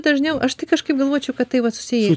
dažniau aš tik kažkaip galvočiau kad tai vat susiję